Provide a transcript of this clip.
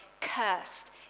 Cursed